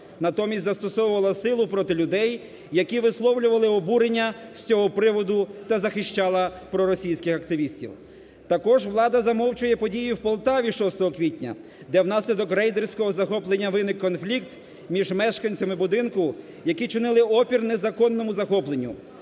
натомість застосовувала силу проти людей, які висловлювали обурення з цього приводу та захищала проросійських активістів. Також влада замовчує подію в Полтаві 6 квітня, де внаслідок рейдерського захоплення виник конфлікт між мешканцями будинку, які чинили опір незаконному захопленню.